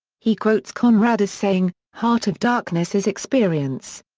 he quotes conrad as saying, heart of darkness is experience.